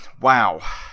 Wow